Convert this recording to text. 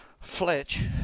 Fletch